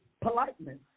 politeness